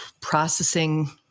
processing